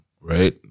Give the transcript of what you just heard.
right